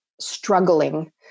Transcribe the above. struggling